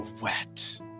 wet